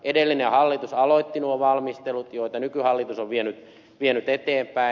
edellinen hallitus aloitti nuo valmistelut joita nykyhallitus on vienyt eteenpäin